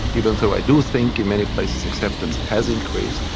even though i do think in many places acceptance has increased.